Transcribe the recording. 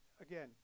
again